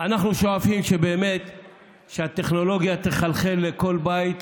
אנחנו שואפים שהטכנולוגיה תחלחל לכל בית,